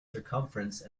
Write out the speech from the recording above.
circumference